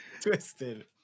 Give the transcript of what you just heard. twisted